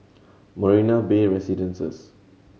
Marina Bay Residences